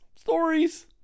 Stories